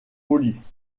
polis